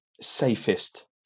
safest